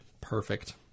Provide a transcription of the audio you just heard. Perfect